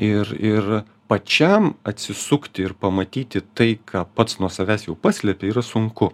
ir ir pačiam atsisukti ir pamatyti tai ką pats nuo savęs jau paslėpei yra sunku